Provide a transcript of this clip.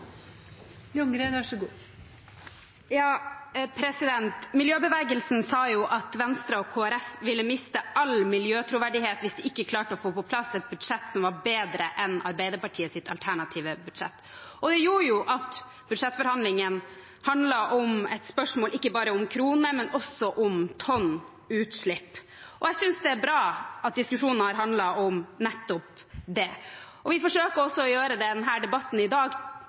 Miljøbevegelsen sa at Venstre og Kristelig Folkeparti ville miste all miljøtroverdighet hvis de ikke klarte å få på plass et budsjett som var bedre enn Arbeiderpartiets alternative budsjett. Det gjorde at budsjettforhandlingene ikke bare handlet om kroner, men også om tonn utslipp. Jeg synes det er bra at diskusjonen har handlet om nettopp det. Vi forsøker å få også debatten i dag